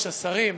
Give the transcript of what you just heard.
השרים,